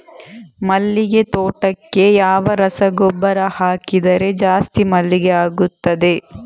ಮಲ್ಲಿಗೆ ತೋಟಕ್ಕೆ ಯಾವ ರಸಗೊಬ್ಬರ ಹಾಕಿದರೆ ಜಾಸ್ತಿ ಮಲ್ಲಿಗೆ ಆಗುತ್ತದೆ?